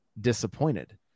disappointed